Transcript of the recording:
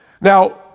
Now